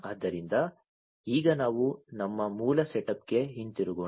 ಆದ್ದರಿಂದ ಈಗ ನಾವು ನಮ್ಮ ಮೂಲ ಸೆಟಪ್ಗೆ ಹಿಂತಿರುಗೋಣ